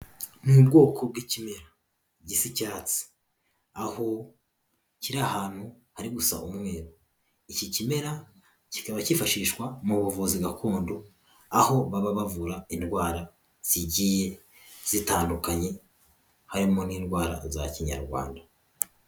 Ni ubwoko bw'ikimera gisa icyatsi aho kiri ahantu hari gusa umweru, iki kimera kikaba cyifashishwa mu buvuzi gakondo aho baba bavura indwara zigiye zitandukanye, harimo n'indwara za kinyarwanda.